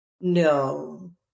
no